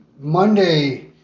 Monday